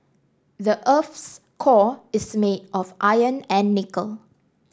the earth's core is made of iron and nickel